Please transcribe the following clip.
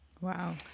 Wow